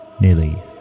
nearly